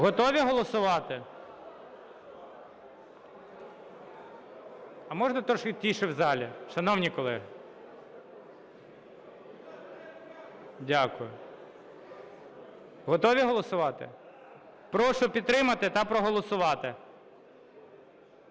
Готові голосувати? А можна трошки тиші в залі, шановні колеги? Дякую. Готові голосувати? Прошу підтримати та проголосувати.